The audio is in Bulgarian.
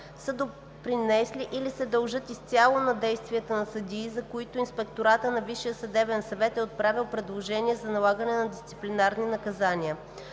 са допринесли или се дължат изцяло на действията на съдии, за които ИВСС е отправял предложения за налагане на дисциплинарни наказания.